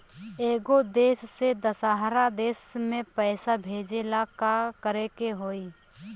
एगो देश से दशहरा देश मे पैसा भेजे ला का करेके होई?